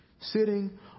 sitting